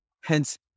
Hence